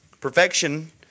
Perfection